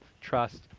trust